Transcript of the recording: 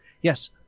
Yes